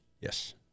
Yes